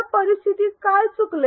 तर परिस्थितीत काय चुकले